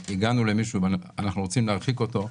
גם כשהגענו למישהו ואנחנו רוצים להרחיק אותו,